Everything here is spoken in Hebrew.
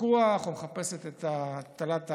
הוויכוח או מחפשת את הטלת האשם.